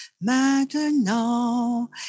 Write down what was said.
maintenant